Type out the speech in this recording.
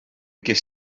ges